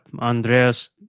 Andreas